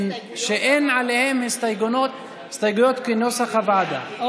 שאין עליהם הסתייגויות, כנוסח הוועדה.